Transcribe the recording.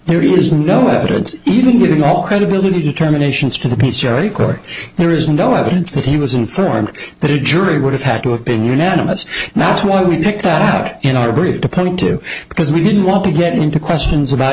there is no evidence even with all credibility determinations to the peace corps there is no evidence that he was informed that jury would have had to have been unanimous and that's why we picked that out in our brief depending too because we didn't want to get into questions about